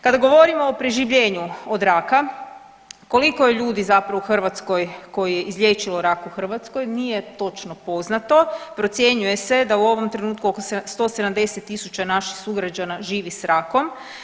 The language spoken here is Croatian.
Kada govorimo o preživljenju od raka koliko je ljudi zapravo u Hrvatskoj koji je izliječilo rak u Hrvatskoj, nije točno poznato, procjenjuje se da u ovom trenutku oko 170.000 naših sugrađana živi s rakom.